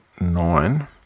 nine